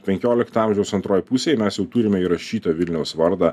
penkiolikto amžiaus antroj pusėj mes jau turime įrašytą vilniaus vardą